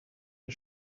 and